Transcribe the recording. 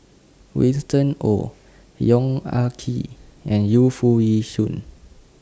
Winston Oh Yong Ah Kee and Yu Foo Yee Shoon